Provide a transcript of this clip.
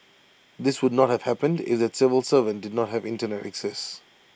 this would not have happened if that civil servant did not have Internet access